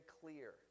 clear